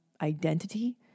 identity